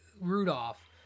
Rudolph